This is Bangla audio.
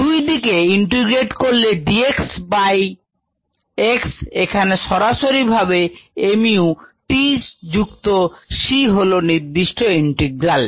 dxxμdt দুই দিকে ইন্টিগ্রেট করলে dx বাই x এখানে সরাসরি ভাবে mu t যুক্ত c হলো নির্দিষ্ট ইন্টিগ্রাল